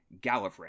Gallifrey